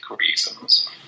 reasons